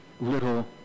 little